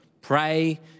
pray